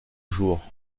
jour